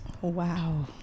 Wow